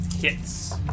hits